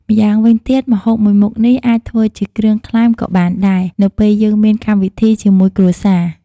ម្យាងវិញទៀតម្ហូបមួយមុខនេះអាចធ្វើជាគ្រឿងក្លែមក៏បានដែរ នៅពេលយើងមានកម្មវិធីជាមួយគ្រួសារ។